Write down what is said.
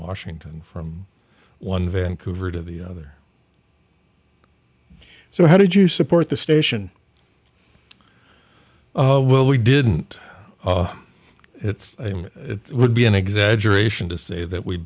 washington from one vancouver to the other so how did you support the station well we didn't it would be an exaggeration to say that we